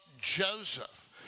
Joseph